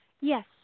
Yes